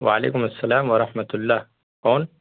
وعلیکم السلام ورحمۃ اللہ کون